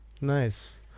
Nice